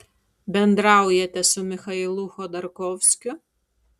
bendraujate su michailu chodorkovskiu